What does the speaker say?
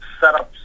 setups